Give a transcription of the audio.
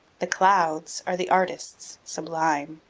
the clouds are the artists sublime.